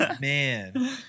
man